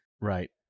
Right